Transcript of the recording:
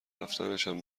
رفتنشم